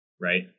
right